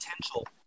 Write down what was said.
potential